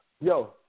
yo